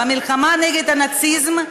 במלחמה נגד הנאציזם,